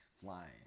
flying